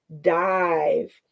dive